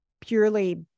purely